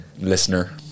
listener